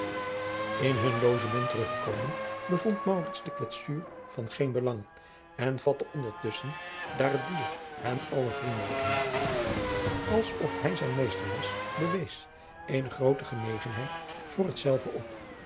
in hun logement teruggekomen bevond maurits de kwetsuur van geen belang en vatte ondertusschen daar het dier hem alle vriendelijkheid als of hij zijn meester was bewees eene groote genegenheid voor hetzelve op